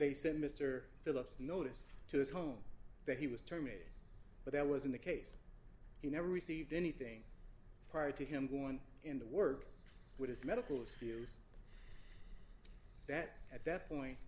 they sent mr philips notice to his home that he was terminated but that wasn't the case he never received anything prior to him going into work with his medical spears that at that point